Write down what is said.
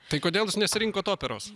tai kodėl jūs nesirinkot operos